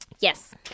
Yes